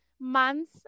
months